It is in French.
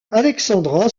alexandra